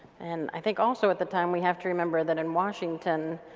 and i think also at the time we have to remember that in washinton,